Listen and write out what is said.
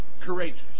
courageous